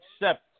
accept